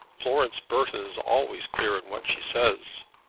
florence burton is always clear in what she says.